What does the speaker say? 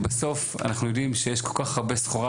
בסוף אנחנו יודיעם שיש כל כך הרבה סחורה,